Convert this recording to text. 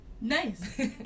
nice